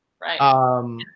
Right